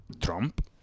trump